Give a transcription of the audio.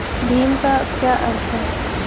भीम का क्या अर्थ है?